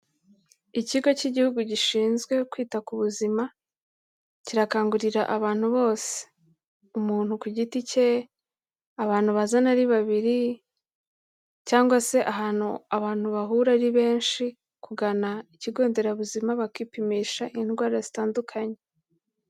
Ikigo k'igihugu gishinzwe kwita ku buzima kirakangurira abantu bose. Umuntu ku giti ke, abantu bazana ari babiri cyangwa se ahantu abantu bahura ari benshi, kugana ikigo nderabuzima bakipimisha indwara zitandukanye.